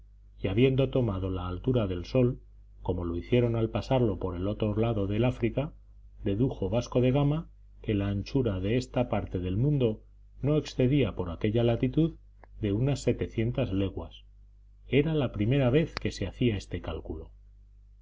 y habiendo tomado la altura del sol como lo hicieron al pasarlo por el otro lado del áfrica dedujo vasco de gama que la anchura de esta parte del mundo no excedía por aquella latitud de unas setecientas leguas era la primera vez que se hacía este cálculo